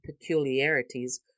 peculiarities